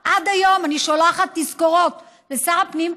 בשארה, עד היום אני שולחת תזכורות לשר הפנים,